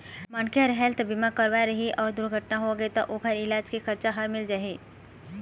मनखे ह हेल्थ बीमा करवाए रही अउ दुरघटना होगे त ओखर इलाज के खरचा ह मिल जाही